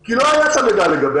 כי לא היה המידע לגביה.